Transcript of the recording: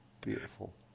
Beautiful